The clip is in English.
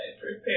prepare